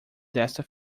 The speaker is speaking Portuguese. desta